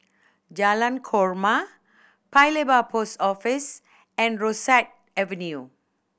Jalan Korma Paya Lebar Post Office and Rosyth Avenue